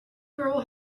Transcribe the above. girl